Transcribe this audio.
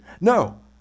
No